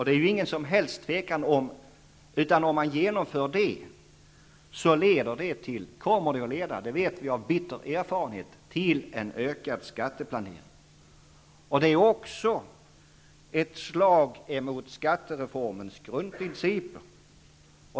Det är inget som helst tvivel om att ett genomförande härav kommer -- det vet vi av bitter erfarenhet -- att leda till ökad skatteplanering. Det är också ett slag mot skattereformens grundprinciper.